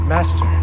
Master